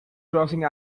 grossing